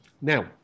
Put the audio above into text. now